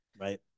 right